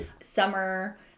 Summer